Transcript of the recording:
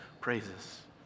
praises